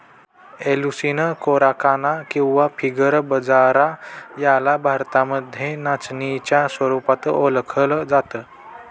Eleusine coracana किंवा finger बाजरा याला भारतामध्ये नाचणीच्या स्वरूपात ओळखल जात